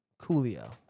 Coolio